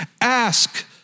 Ask